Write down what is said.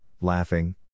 laughing